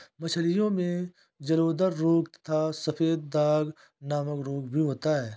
मछलियों में जलोदर रोग तथा सफेद दाग नामक रोग भी होता है